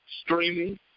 Streaming